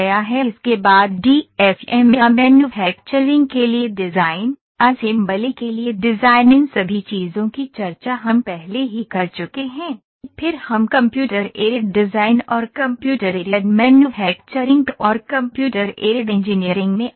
इसके बाद DFM या मैन्युफैक्चरिंग के लिए डिज़ाइन असेंबली के लिए डिज़ाइन इन सभी चीज़ों की चर्चा हम पहले ही कर चुके हैं फिर हम कंप्यूटर एडेड डिज़ाइन और कंप्यूटर एडेड मैन्युफैक्चरिंग और कंप्यूटर एडेड इंजीनियरिंग में आते हैं